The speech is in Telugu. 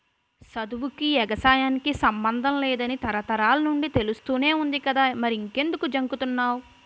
సదువుకీ, ఎగసాయానికి సమ్మందం లేదని తరతరాల నుండీ తెలుస్తానే వుంది కదా మరెంకుదు జంకుతన్నావ్